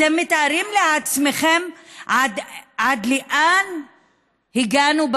אתם מתארים לעצמכם עד לאיזה מצב הגענו,